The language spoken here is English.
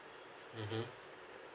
mmhmm